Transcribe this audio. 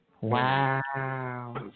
Wow